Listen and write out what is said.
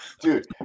Dude